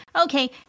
okay